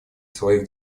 своих